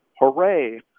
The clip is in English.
hooray